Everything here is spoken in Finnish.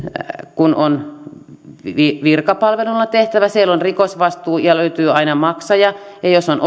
kun on virkapalveluna tehtävä siellä on rikosvastuu ja löytyy aina maksaja ja ja jos on